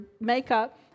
makeup